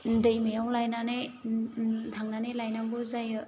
दैमायाव लायनानै थांनानै लायनांगौ जायो